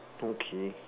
okay